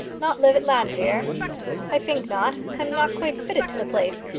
not live at llanfeare? i think not. i'm not quite fitted to the place.